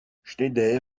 schneider